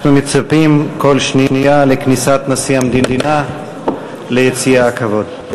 אנחנו מצפים כל שנייה לכניסת נשיא המדינה ליציע הכבוד.